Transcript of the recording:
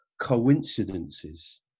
coincidences